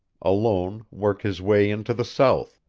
alone work his way into the south,